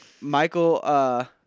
Michael